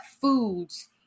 foods